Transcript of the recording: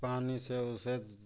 पानी से उसे